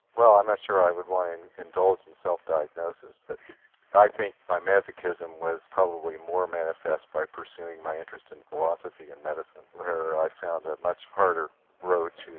well i'm not sure i would want to indulge in self-diagnosis, but i think my masochism was probably more manifest by pursuing my interest in philosophy in medicine, where i found a much harder road to